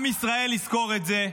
עם ישראל יזכור את זה.